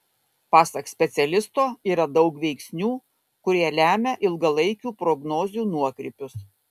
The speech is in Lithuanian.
pasak specialisto yra daug veiksnių kurie lemia ilgalaikių prognozių nuokrypius